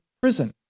prison